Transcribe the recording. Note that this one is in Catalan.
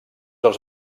els